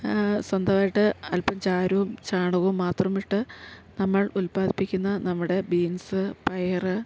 സ്വന്തവായിട്ട് അൽപ്പം ചാരവും ചാണകവും മാത്രമിട്ട് നമ്മൾ ഉല്പാദിപ്പിക്കുന്ന നമ്മുടെ ബീൻസ് പയറ്